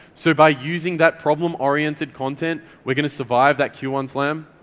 so by using that problem-oriented content, we're gonna survive that q one slam.